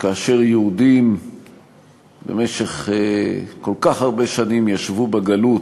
שכאשר יהודים במשך כל כך הרבה שנים ישבו בגלות,